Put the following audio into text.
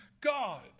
God